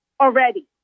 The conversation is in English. already